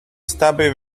stubby